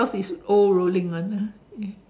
yours is old ruling one